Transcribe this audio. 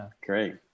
Great